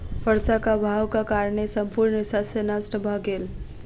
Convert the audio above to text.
वर्षाक अभावक कारणेँ संपूर्ण शस्य नष्ट भ गेल